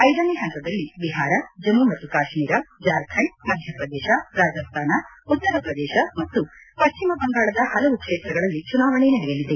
ಐದನೇ ಹಂತದಲ್ಲಿ ಬಿಹಾರ ಜಮ್ಮು ಮತ್ತು ಕಾಶ್ವೀರ ಜಾರ್ಖಂಡ್ ಮಧ್ಯಪ್ರದೇಶ ರಾಜಸ್ತಾನ ಉತ್ತರ ಪ್ರದೇಶ ಮತ್ತು ಪಶ್ಚಿಮ ಬಂಗಾಳದ ಹಲವು ಕ್ಷೇತ್ರಗಳಲ್ಲಿ ಚುನಾವಣೆ ನಡೆಯಲಿದೆ